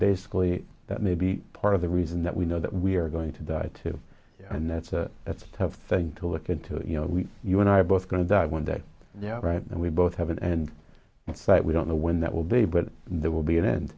basically that may be part of the reason that we know that we are going to die too and that's a tough thing to look into you know we you and i are both going to die one day you know right and we both have an end but we don't know when that will be but there will be an end